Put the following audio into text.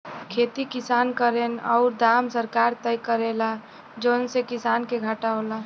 खेती किसान करेन औरु दाम सरकार तय करेला जौने से किसान के घाटा होला